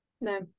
No